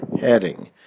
heading